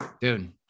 Dude